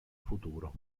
futuro